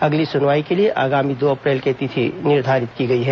अगली सुनवाई के लिए आगामी दो अप्रैल की तिथि निर्धारित की गई है